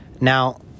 Now